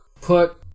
put